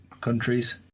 countries